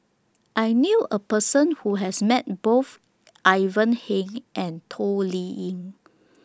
I knew A Person Who has Met Both Ivan Heng and Toh Liying